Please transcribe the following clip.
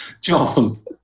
John